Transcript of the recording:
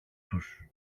τους